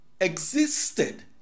existed